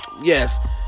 Yes